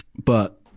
but,